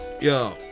Yo